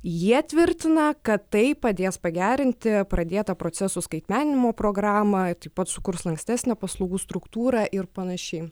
jie tvirtina kad tai padės pagerinti pradėtą procesų skaitmeninimo programą taip pat sukurs lankstesnę paslaugų struktūrą ir panašiai